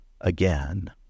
again